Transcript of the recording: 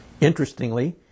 Interestingly